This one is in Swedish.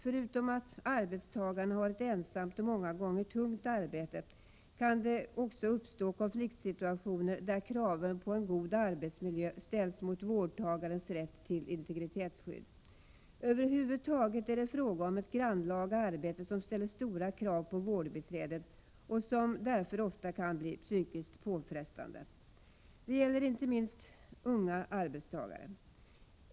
Förutom att arbetstagarna har ett ensamt och många gånger tungt arbete, kan det också uppstå konfliktsituationer där kraven på en god arbetsmiljö ställs mot vårdtagarens rätt till integritetsskydd. Över huvud taget är det fråga om ett grannlaga arbete, som ställer stora krav på vårdbiträdet och som därför ofta kan bli psykiskt påfrestande. Det gäller inte minst unga arbetstagare.